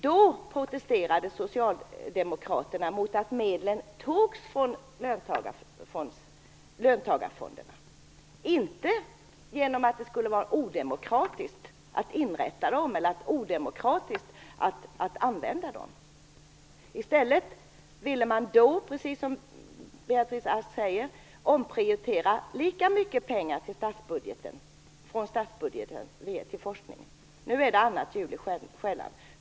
Då protesterade socialdemokraterna mot att medlen togs från löntagarfonderna, inte mot att det skulle vara odemokratiskt att inrätta dem eller använda dem. I stället ville man då, precis som Beatrice Ask säger, omprioritera lika mycket pengar från statsbudgeten till forskningen. Nu är det annat ljud i skällan.